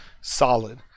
solid